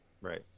right